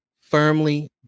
firmly